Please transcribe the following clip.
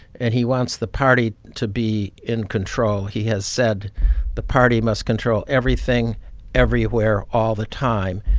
and he wants the party to be in control. he has said the party must control everything everywhere all the time.